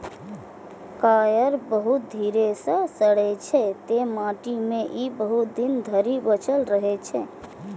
coir बहुत धीरे सं सड़ै छै, तें माटि मे ई बहुत दिन धरि बचल रहै छै